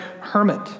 hermit